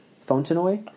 Fontenoy